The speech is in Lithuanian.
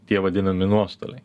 tie vadinami nuostoliai